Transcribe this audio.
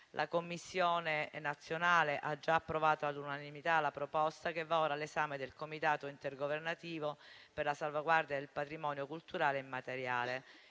La commissione nazionale ha già approvato all'unanimità la proposta, che passa ora all'esame del comitato intergovernativo per la salvaguardia del patrimonio culturale e materiale.